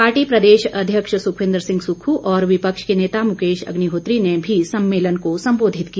party प्रदेश अध्यक्ष सुखविंद्र सिंह सुक्खू और विपक्ष के नेता मुकेश अग्निहोत्री ने भी सम्मेलन को संबोधित किया